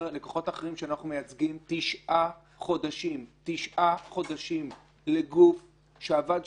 אנחנו כרגע באיזשהו שלב של